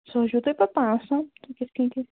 سُہ حظ چھُو پَتہٕ پانَس تام تُہۍ کِتھٕ کٔنۍ کیٛاہ